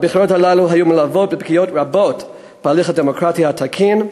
הבחירות האלה היו מלוות בפגיעות רבות בהליך הדמוקרטי התקין.